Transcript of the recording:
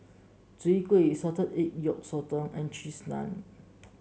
Soon Kway Salted Egg Yolk Sotong and Cheese Naan